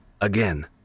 again